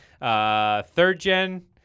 Third-gen